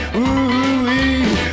Ooh-wee